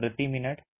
minute M 2